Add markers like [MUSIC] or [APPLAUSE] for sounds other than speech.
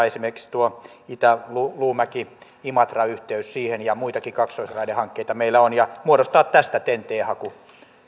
[UNINTELLIGIBLE] esimerkiksi tuo itäinen luumäki imatra yhteys siihen ja muitakin kaksoisraidehankkeita meillä on ja muodostaa tästä ten t haku